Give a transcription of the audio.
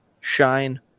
shine